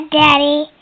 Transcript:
daddy